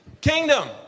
Kingdom